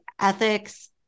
ethics